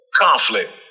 Conflict